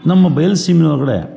ನಮ್ಮ ಬಯಲುಸೀಮೆ ಒಳಗಡೆ